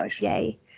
yay